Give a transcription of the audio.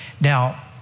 Now